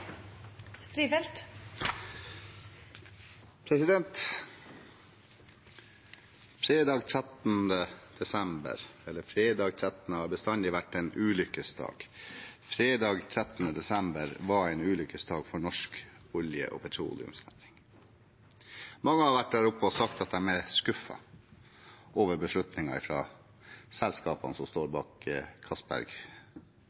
den ei.» Fredag den 13. har bestandig vært en ulykkesdag. Fredag 13. desember var en ulykkesdag for norsk olje- og petroleumsnæring. Mange har vært her oppe og sagt at de er skuffet over beslutningene fra selskapene som står